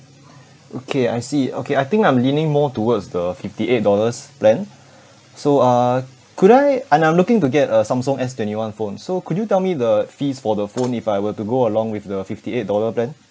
okay I see okay I think I'm leaning more towards the fifty eight dollars plan so uh could I and I'm looking to get a samsung S twenty one phone so could you tell me the fees for the phone if I were to go along with the fifty eight dollar plan